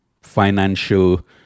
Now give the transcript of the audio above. financial